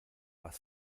was